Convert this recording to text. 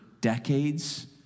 decades